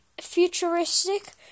futuristic